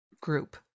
group